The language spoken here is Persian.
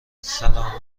سلام